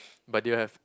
but didn't have